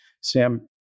Sam